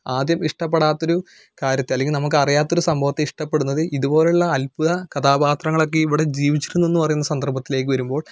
ആദ്യം ഇഷ്ടപെടാത്തൊരു കാര്യത്തെ അല്ലേങ്കില് നമുക്കറിയാത്തൊരു സംഭവത്തെ ഇഷ്ടപ്പെടുന്നത് ഇതുപോലുള്ള അത്ഭുത കഥാപാത്രങ്ങളൊക്കെ ഇവിടെ ജീവിച്ചിരുന്നതെന്ന് പറയുന്ന സന്ദർഭത്തിലേക്കുവരുമ്പോൾ